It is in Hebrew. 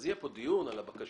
יהיה פה דיון על הבקשה.